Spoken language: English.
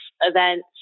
events